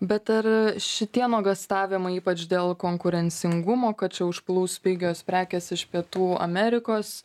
bet ar šitie nuogąstavimai ypač dėl konkurencingumo kad čia užplūs pigios prekės iš pietų amerikos